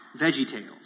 VeggieTales